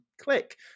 click